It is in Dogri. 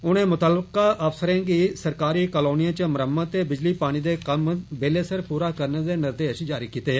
उनें मुतलका अफसरें गी सरकारी कालोनिएं च मरम्मत ते बिजली पनी दे कम्म बेल्ले सिर पूरे करने दे निर्देश दित्ते